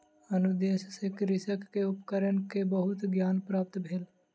अनुदेश सॅ कृषक के उपकरण के बहुत ज्ञान प्राप्त भेल